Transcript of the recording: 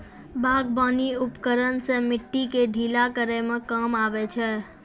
बागबानी उपकरन सें मिट्टी क ढीला करै म काम आबै छै